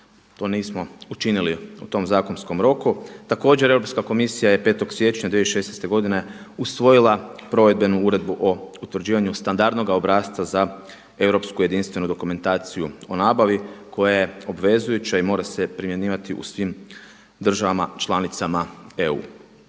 To nismo učinili u tom zakonskom roku. Također Europska komisija je 5. siječnja 2016. godine usvojila provedbenu Uredbu o utvrđivanju standardnoga obrasca za europsku jedinstvenu dokumentaciju o nabavi koja je obvezujuća i mora se primjenjivati u svim državama članicama EU.